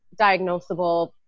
diagnosable